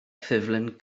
ffurflen